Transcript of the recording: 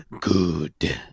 Good